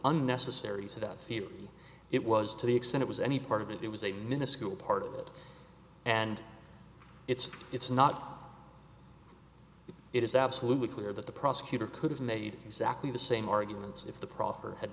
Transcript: unnecessary so that theory it was to the extent it was any part of it was a minuscule part of it and it's it's not it is absolutely clear that the prosecutor could have made exactly the same arguments if the proffer had